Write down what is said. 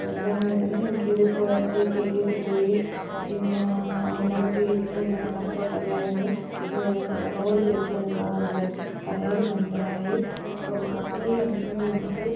ഉദാഹരണത്തിനു കീറിപ്പോയ സീറ്റ് കീറിപ്പോയി പിന്നേ നമുക്ക് ഇരിക്കാൻ നല്ല കംഫോട്ടല്ലായിരുന്നു പിന്നെ റോഡിൽ വെച്ചു തന്നെ കാറിന്റെ ടയർ പഞ്ചറായി അപ്പം അത്രയും മണിക്കൂർ നമുക്ക്